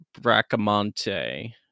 Bracamonte